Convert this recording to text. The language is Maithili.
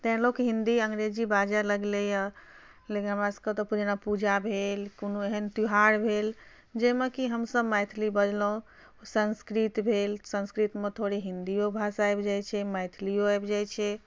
तैंँ लोक हिन्दी अंग्रेजी बाजै लगलैया लेकिन हमरासबके तऽ कओनो पूजा भेल कओनो एहन त्यौहार भेल जाहिमे की हमसब मैथिली बजलहुँ संस्कृत भेल संस्कृतमे थोड़े हिन्दीयो भाषा आबि जाइत छै मिथिलियो आबि जाइत छै